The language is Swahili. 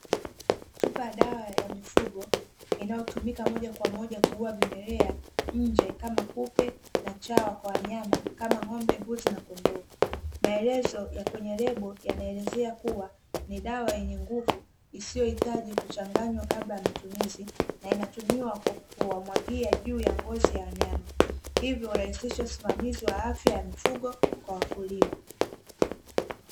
Chupa ya dawa ya mifugo inayotumika moja kwa moja kuua vimelea nje kama kupe na chawa kwa wanyama kama ng’ombe, mbuzi na kondoo. Maelezo kwenye lebo yanaelezea kuwa ni dawa yenye nguvu isiyohitaji kuchanganywa kabla ya matumizi inayotumiwa kwa kuwa kwahio juu ya ngozi ya wanyama hivyo urahisisha usimamizi wa afya ya mifugo kwa wakulima.